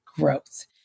growth